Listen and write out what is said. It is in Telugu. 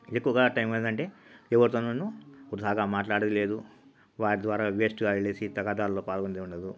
ఎక్కువగా టైముందంటే ఎవరితోనూను వృధాగా మాట్లాడేది లేదు వారిద్వారా వేస్ట్గా వేల్లేసి తగాదాల్లో పాల్గొంది ఉండదు